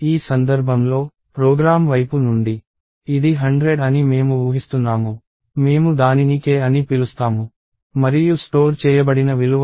ఈ సందర్భంలో ప్రోగ్రామ్ వైపు నుండి ఇది 100 అని మేము ఊహిస్తున్నాము మేము దానిని k అని పిలుస్తాము మరియు స్టోర్ చేయబడిన విలువ 38